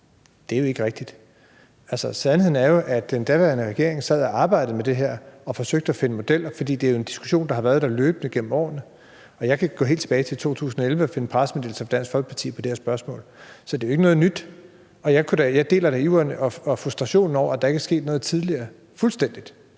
Det er ikke rigtigt. Sandheden er jo, at den daværende regering sad og arbejdede med det her og forsøgte at finde modeller. Det er jo en diskussion, der har været der løbende gennem årene. Jeg kan gå helt tilbage til 2011 og finde pressemeddelelser fra Dansk Folkeparti om det her spørgsmål. Så det er jo ikke noget nyt. Jeg deler da fuldstændig iveren efter, at der skal ske noget, og frustrationen